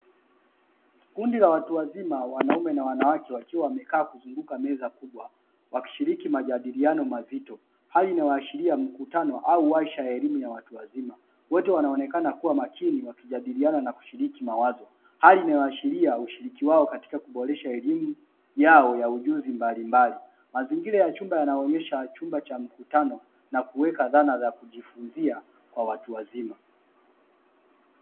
Kundi la watu wazima wanaume na wanawake wakiwa wamekaa kuzunguka meza kubwa, wakishiriki majadiliano mazito hali inayoashiria mkutano au waisha ya elimu ya watu wazima, wote wanaonekana kuwa makini wakijadiliana na kushiriki mawazo, hali inayoashiria ushiriki wao katika kuboresha elimu yao ya ujuzi mbalimbali. Mazingira ya chumba yanaonyesha chumba cha mkutano na kuweka dhana za kujifunzi kwa watu wazima.